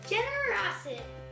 Generosity